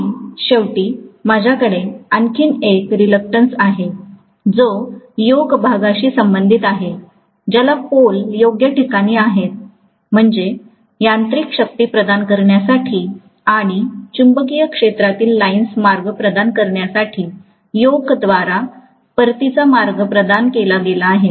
आणि शेवटी माझ्याकडे आणखी एक रिलक्टंस आहे जो योक भागाशी संबंधित आहे ज्यात पोल योग्य ठिकाणी आहेत म्हणजे यांत्रिक शक्ती प्रदान करण्यासाठी आणि चुंबकीय क्षेत्रातील लाइन्स मार्ग प्रदान करण्यासाठी योकद्वारे परतीचा मार्ग प्रदान केला गेला आहे